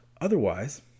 Otherwise